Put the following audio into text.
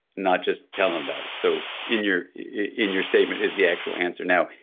not just tell them about it. so in your in your statement is the actual answer. now,